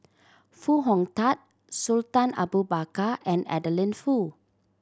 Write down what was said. Foo Hong Tatt Sultan Abu Bakar and Adeline Foo